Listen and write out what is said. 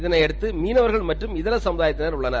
இதனையடுத்து மீனவர்கள் மற்றும் இகா கழுதாயத்தினர் உள்ளனர்